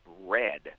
red